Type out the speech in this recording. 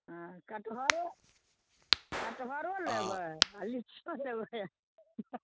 हँ कटहरो कटहरो लेबै आ लीचीओ लेबै